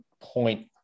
point